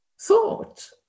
thought